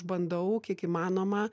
bandau kiek įmanoma